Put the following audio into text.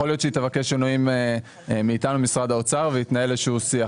יכול להיות שהיא תבקש שינויים והיא תנהל איתנו איזה שהוא שיח.